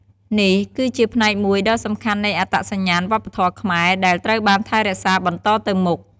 នេះគឺជាផ្នែកមួយដ៏សំខាន់នៃអត្តសញ្ញាណវប្បធម៌ខ្មែរដែលត្រូវបានថែរក្សាបន្តទៅមុខ។